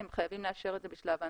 הם חייבים לאשר את זה בשלב ההנקה.